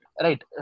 Right